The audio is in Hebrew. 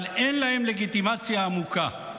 אבל אין להם לגיטימציה עמוקה.